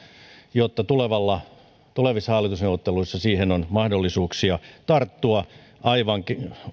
jotta tulevissa hallitusneuvotteluissa siihen on mahdollisuuksia tarttua aivan